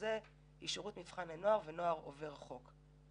הזה היא שירות מבחן הנוער ונוער עובר חוק.